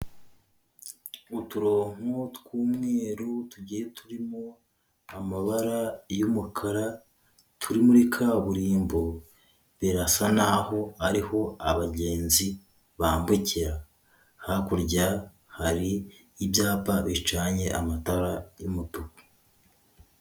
Uturonko tw'umweru tugiye turimo amabara y'umukara, turi muri kaburimbo. Birasa n'aho ari ho abagenzi bambukira. Hakurya, hari y'ibyapa bicanye amatara y'umutuku.